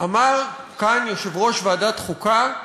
אמר כאן יושב-ראש ועדת החוקה: